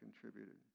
contributed